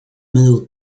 middle